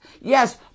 Yes